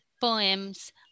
poems